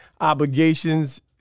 obligations